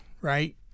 right